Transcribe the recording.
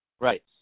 Right